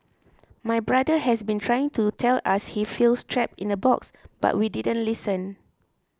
my brother has been trying to tell us he feels trapped in a box but we didn't listen